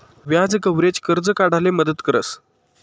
व्याज कव्हरेज, कर्ज काढाले मदत करस